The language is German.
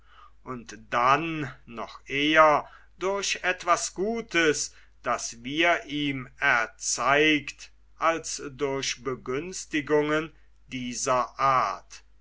und dann noch eher durch etwas gutes das wir ihm erzeigt als durch begünstigungen dieser art